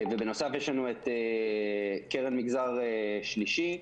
בנוסף, יש לנו קרן מגזר שלישי.